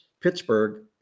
Pittsburgh